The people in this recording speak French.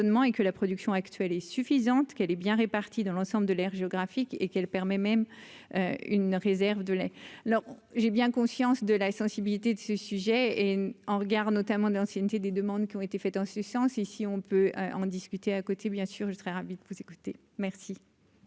et que la production actuelle est suffisante, qu'elle est bien répartis dans l'ensemble de l'aire géographique et qu'elle permet même. Une réserve de lait, alors j'ai bien conscience de la sensibilité de ce sujet et au regard notamment de l'ancienneté des demandes qui ont été faites en ce sens, si on peut en discuter à côté bien sûr, je serais ravi de vous écouter merci.